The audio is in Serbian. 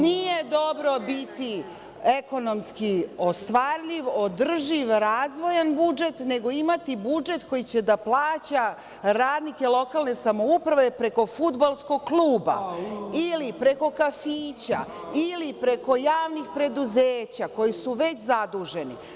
Nije dobro biti ekonomski ostvarljiv, održiv, razvojan budžet, nego imati budžet koji će da plaća radnike lokalne samouprave preko fudbalskog kluba ili preko kafića ili preko javnih preduzeća koji su već zaduženi.